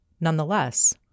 Nonetheless